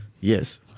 Yes